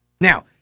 Now